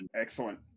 Excellent